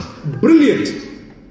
Brilliant